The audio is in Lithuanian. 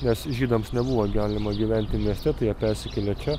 nes žydams nebuvo galima gyventi mieste tai jie persikėlė čia